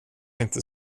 inte